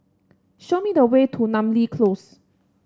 show me the way to Namly Close